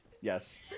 yes